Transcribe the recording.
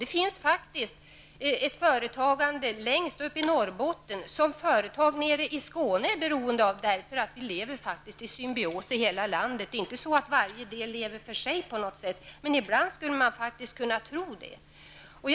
Det finns faktiskt företag längst uppe i Norrbotten som företagen nere i Skåne är beroende av, eftersom vi lever i symbios i hela landet. Det är inte så att varje del lever för sig, även om man skulle kunna tro att det är på det viset.